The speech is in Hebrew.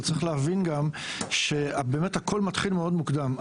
אבל צריך להבין גם שבאמת הכול מתחיל מאד מוקדם.